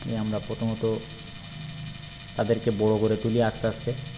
এ আমরা প্রথমত তাদেরকে বড়ো করে তুলি আস্তে আস্তে